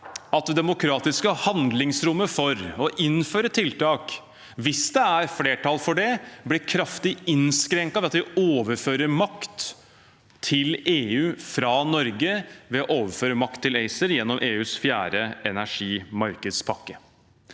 at det demokratiske handlingsrommet for å innføre tiltak, hvis det er flertall for det, blir kraftig innskrenket ved at vi overfører makt til EU fra Norge ved å overføre makt til ACER gjennom EUs fjerde energimarkedspakke.